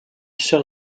sœur